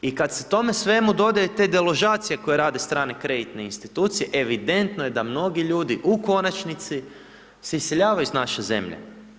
I kad se tome svemu dodaju te deložacije koje rade strane kreditne institucije, evidentno je da mnogi ljudi u konačnici, se iseljavaju s naše zemlje.